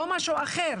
לא משהו אחר,